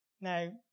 Now